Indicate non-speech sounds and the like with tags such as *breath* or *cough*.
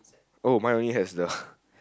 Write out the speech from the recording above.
oh my only has the *breath*